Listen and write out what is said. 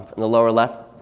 and the lower left,